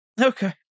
Okay